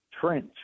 trench